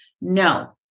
No